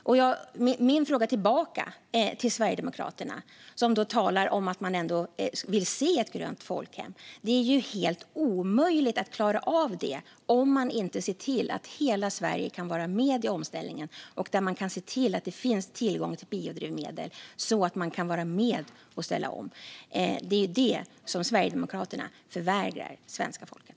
Jag har en fråga tillbaka till Sverigedemokraterna, som ändå talar om att man vill se ett grönt folkhem. Det är ju helt omöjligt att klara av det om man inte ser till att hela Sverige kan vara med i omställningen och om man inte kan se till att det finns tillgång till biodrivmedel så att alla kan vara med och ställa om. Det är det Sverigedemokraterna förvägrar det svenska folket.